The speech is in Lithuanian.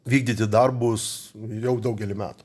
vykdyti darbus jau daugelį metų